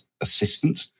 assistant